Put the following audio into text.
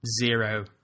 zero